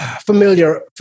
familiar